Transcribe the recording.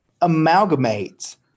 amalgamates